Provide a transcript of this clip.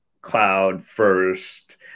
cloud-first